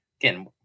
again